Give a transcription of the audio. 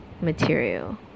material